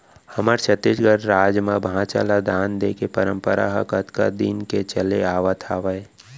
हमर छत्तीसगढ़ राज म भांचा ल दान देय के परपंरा ह कतका दिन के चले आवत हावय